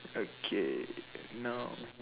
okay now